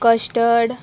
custard